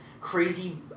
crazy